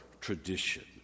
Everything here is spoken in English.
Tradition